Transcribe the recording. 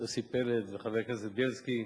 יוסי פלד, זה חבר הכנסת בילסקי,